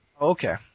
Okay